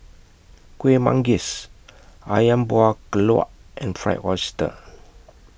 Kueh Manggis Ayam Buah Keluak and Fried Oyster